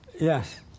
Yes